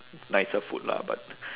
nicer food lah but